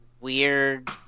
weird